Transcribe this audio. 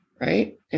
right